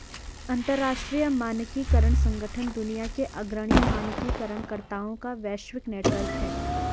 अंतर्राष्ट्रीय मानकीकरण संगठन दुनिया के अग्रणी मानकीकरण कर्ताओं का वैश्विक नेटवर्क है